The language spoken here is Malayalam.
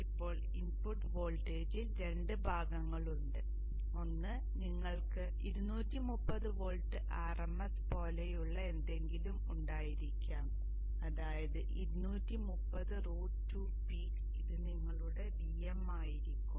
ഇപ്പോൾ ഇൻപുട്ട് വോൾട്ടേജിൽ രണ്ട് ഭാഗങ്ങളുണ്ട് ഒന്ന് നിങ്ങൾക്ക് 230 വോൾട്ട് RMS പോലെയുള്ള എന്തെങ്കിലും ഉണ്ടായിരിക്കാം അതായത് 230 റൂട്ട് 2 പീക്ക് ഇത് നിങ്ങളുടെ V m ആയിരിക്കും